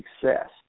success